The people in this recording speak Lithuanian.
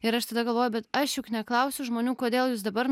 ir aš tada galvoju bet aš juk neklausiu žmonių kodėl jūs dabar